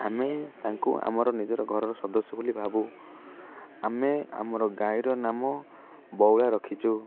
ଆମେ ତାଙ୍କୁ ଆମର ନିଜର ଘରର ସଦସ୍ୟ ବୋଲି ଭାବୁ ଆମେ ଆମର ଗାଈର ନାମ ବଉଳା ରଖିଛୁ